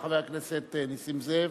חבר הכנסת נסים זאב.